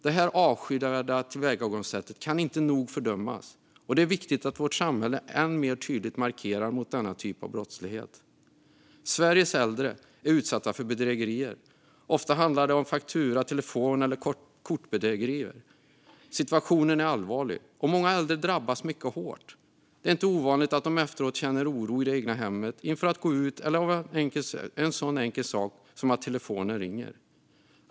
Detta avskyvärda tillvägagångssätt kan inte nog fördömas, och det är viktigt att vårt samhälle än mer tydligt markerar mot denna typ av brottslighet. Sveriges äldre är särskilt utsatta för bedrägerier. Ofta handlar det om faktura, telefon eller kortbedrägerier. Situationen är allvarlig, och många äldre drabbas mycket hårt. Det är inte ovanligt att de efteråt känner oro i det egna hemmet, inför att gå ut eller av en sådan enkel sak som att telefonen ringer.